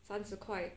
三十块